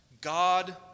God